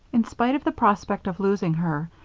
in spite of the prospect of losing her,